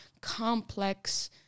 complex